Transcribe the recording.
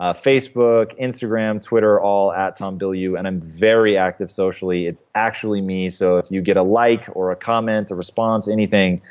ah facebook, instagram twitter, all at tom bilyeu, and i'm very active socially. it's actually me, so if you get a like or a comment, a response, anything,